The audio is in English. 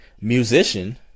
musician